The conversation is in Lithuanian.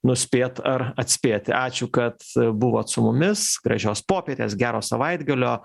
nuspėt ar atspėti ačiū kad buvot su mumis gražios popietės gero savaitgalio